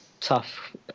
tough